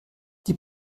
die